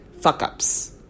fuck-ups